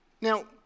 Now